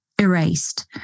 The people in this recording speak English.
erased